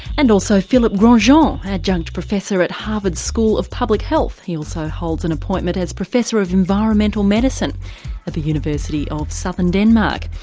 and also phillipe grandjean, um adjunct professor at harvard's school of public health. he also holds an appointment as professor of environmental medicine at the university of southern denmark.